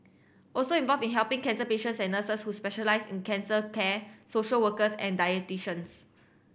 also involved in helping cancer patients are nurses who specialise in cancer care social workers and